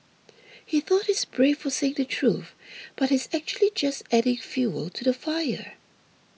he thought he's brave for saying the truth but he's actually just adding fuel to the fire